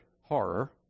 horror